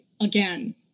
again